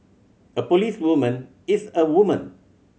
a policewoman is a woman